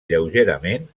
lleugerament